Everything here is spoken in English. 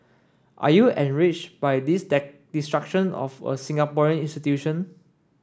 are you enraged by this destruction of a Singaporean institution